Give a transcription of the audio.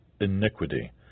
iniquity